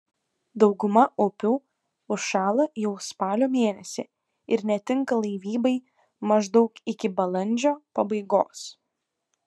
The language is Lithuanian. dauguma upių užšąla jau spalio mėnesį ir netinka laivybai maždaug iki balandžio pabaigos